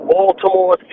Baltimore